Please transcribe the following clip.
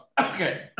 okay